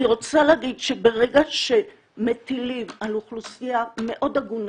אני רוצה להגיד שברגע שמטילים על אוכלוסייה מאוד הגונה,